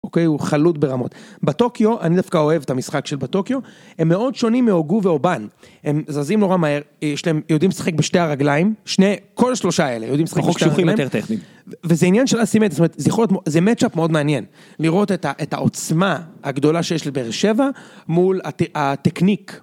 אוקיי הוא חלוד ברמות. בטוקיו, אני דווקא אוהב את המשחק של בטוקיו, הם מאוד שונים מאוגו ואובן, הם זזים נורא מהר, יש להם, יודעים לשחק בשתי הרגליים, שני, כל שלושה האלה יודעים לשחק בשתי הרגליים, וזה עניין של אסימטריה, זאת אומרת, זה מצ'אפ מאוד מעניין, לראות את העוצמה הגדולה שיש לבאר שבע, מול הטקניק.